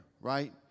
right